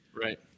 Right